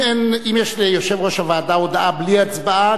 אם יש ליושב-ראש הוועדה הודעה בלי הצבעה,